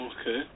Okay